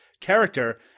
character